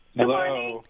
hello